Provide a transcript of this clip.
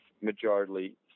majority